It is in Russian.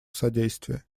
содействие